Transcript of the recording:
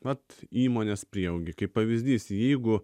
vat įmonės prieaugį kaip pavyzdys jeigu